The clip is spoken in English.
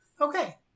Okay